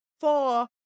four